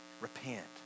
Repent